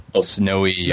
snowy